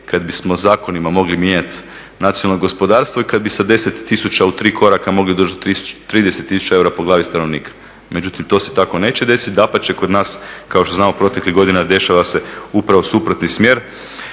kada bismo zakonima mogli mijenjati nacionalno gospodarstvo i kada bi sa 10 tisuća u tri koraka mogli doći do 30 tisuća eura po glavi stanovnika, međutim to se tako neće desiti. Dapače, kod nas kao što znamo proteklih godina dešava se upravo suprotni smjer.